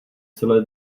celé